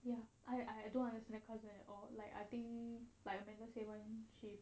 ya I I don't understand cousin at all like I think like amanda say [one] no E_Q